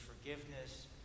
Forgiveness